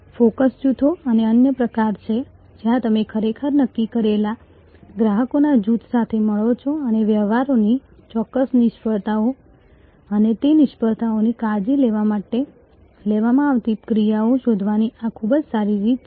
focus જૂથો એ અન્ય પ્રકાર છે જ્યાં તમે ખરેખર નક્કી કરેલા ગ્રાહકોના જૂથ સાથે મળો છો અને વ્યવહારોની ચોક્કસ નિષ્ફળતાઓ અને તે નિષ્ફળતાઓની કાળજી લેવા માટે લેવામાં આવતી ક્રિયાઓ શોધવાની આ ખૂબ જ સારી રીત છે